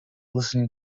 listening